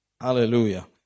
Hallelujah